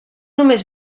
només